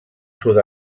sud